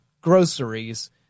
groceries